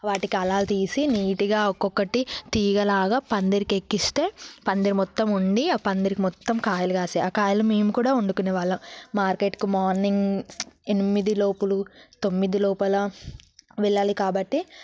వాటికి అలములు తీసి నీట్గా ఒక్కొక్కటి తీగలగా పందిరికి ఎక్కిస్తే పందిరి మొత్తం ఉండి ఆ పందిరికి మొత్తం కాయలు కాసేవి ఆ కాయలు మేము కూడా వండుకునే వాళ్ళం మార్కెట్కు మార్నింగ్ ఎనిమిది లోపుల తొమ్మిది లోపల వెళ్ళాలి కాబట్టి